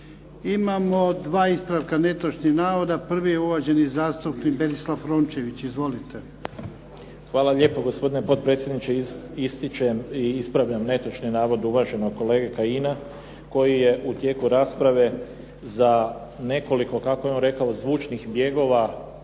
Imamo dva ispravka netočnog navoda. Prvi je uvaženi zastupnik Berislav Rončević. Izvolite. **Rončević, Berislav (HDZ)** Hvala lijepo gospodine potpredsjedniče. Ispravljam netočan navod uvaženog kolege Kajina koji je u tijeku rasprave za nekoliko kako je on